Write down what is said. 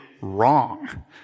wrong